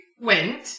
went